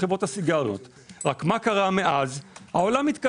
צריכה להיות רגולציה על החברות שמייצרות כך שיהיה תקן.